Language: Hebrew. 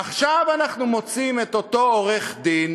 עכשיו אנחנו מוצאים את אותו עורך-דין